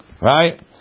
Right